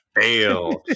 Fail